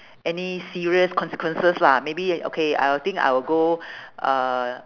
any serious consequences lah maybe okay I'll think I will go uh